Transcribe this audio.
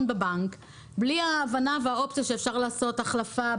בבנק בלי ההבנה והאופציה שאפשר לעשות החלפה,